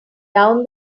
down